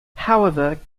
however